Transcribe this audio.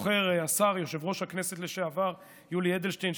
זוכר השר ויושב-ראש הכנסת לשעבר יולי אדלשטיין,